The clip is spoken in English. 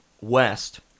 West